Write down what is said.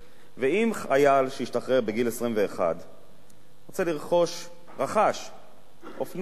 אם חייל שהשתחרר בגיל 21 רכש אופנוע קטן,